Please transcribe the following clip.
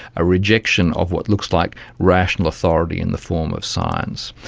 a rejection of what looks like rational authority in the form of science.